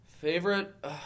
Favorite